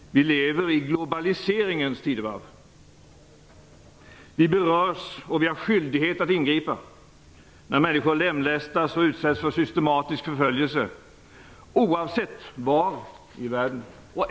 Vi lever i globaliseringens tidevarv. Vi berörs och vi har skyldighet att ingripa efter vår förmåga när människor lemlästas och utsätts för systematisk förföljelse, oavsett var i världen.